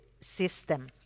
system